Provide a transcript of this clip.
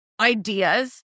ideas